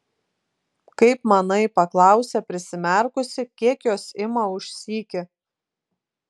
kaip manai paklausė prisimerkusi kiek jos ima už sykį